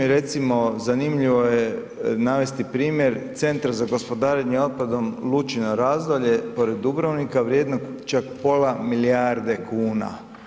Recimo, zanimljivo je navesti primjer Centra za gospodarenje otpadom Lučino razdolje pored Dubrovnika vrijednog čak pola milijarde kuna.